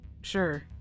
sure